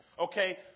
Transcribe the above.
Okay